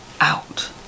out